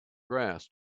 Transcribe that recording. grass